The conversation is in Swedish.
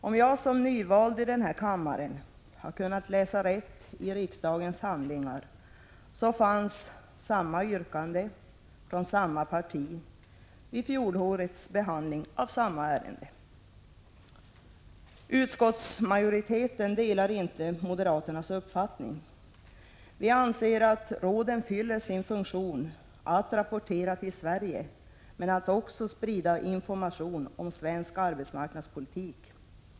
Om jag som nyvald i den här kammaren har kunnat läsa rätt i riksdagens handlingar, fanns samma yrkande från samma parti vid fjolårets behandling av samma ärende. Utskottsmajoriteten delar inte moderaternas uppfattning. Vi anser att råden fyller sin funktion: att rapportera till Sverige men också att sprida information om svensk arbetsmarknadspolitik.